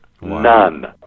None